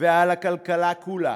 ועל הכלכלה כולה.